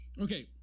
okay